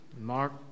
Mark